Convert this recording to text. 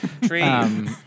tree